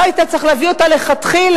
לא היית צריך להביא אותה לכתחילה.